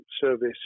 service